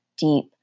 deep